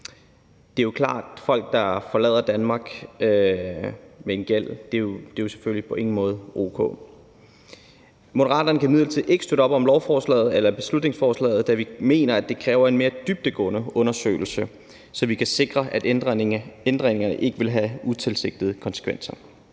klart, at det, at folk forlader Danmark med en gæld, på ingen måde er o.k. Moderaterne kan imidlertid ikke støtte op om beslutningsforslaget, da vi mener, at det kræver en mere dybdegående undersøgelse, så vi kan sikre, at ændringerne ikke vil have utilsigtede konsekvenser.